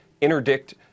interdict